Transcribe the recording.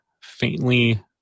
faintly